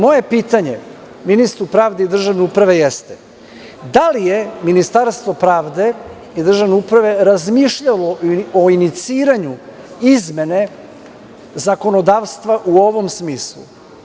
Moje pitanje ministru pravde i državne uprave jeste – da li je Ministarstvo pravde i državne uprave razmišljalo o iniciranju izmene zakonodavstva u ovom smislu?